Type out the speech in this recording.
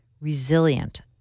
resilient